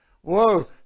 Whoa